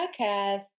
podcast